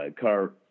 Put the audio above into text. car